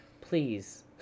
please